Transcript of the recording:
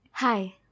Hi